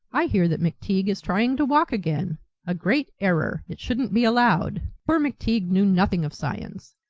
i hear that mcteague is trying to walk again a great error, it shouldn't be allowed poor mcteague knew nothing of science.